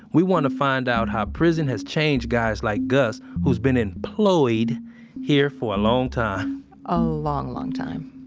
we want to find out how prison has changed guys like gus who's been employed here for a long time a long, long time